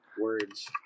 Words